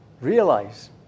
realize